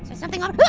something out